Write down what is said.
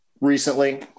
recently